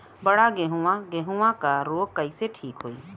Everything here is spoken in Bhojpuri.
बड गेहूँवा गेहूँवा क रोग कईसे ठीक होई?